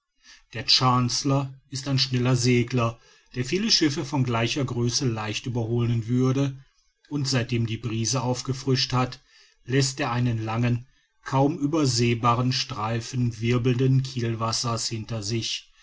der chancellor ist ein schneller segler der viele schiffe von gleicher größe leicht überholen würde und seitdem die brise aufgefrischt hat läßt er einen langen kaum übersehbaren streifen wirbelnden kielwassers hinter sich